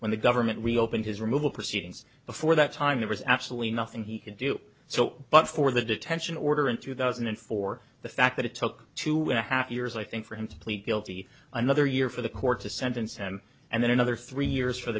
when the government reopened his removal proceedings before that time there was absolutely nothing he could do so but for the detention order in two thousand and four the fact that it took two and a half years i think for him to plead guilty another year for the court to sentence him and then another three years for